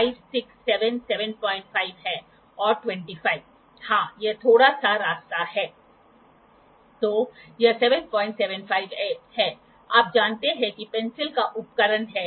तो आप उसी अवधारणा का उपयोग करके एंगल को मापने की कोशिश कर सकते हैं जैसे स्लिप गेज आप जोड़ते रहते हैं और फिर यह पता लगाने की कोशिश करते हैं कि वह एंगल क्या है जो वर्कपीस द्वारा सबटेंड किया गया है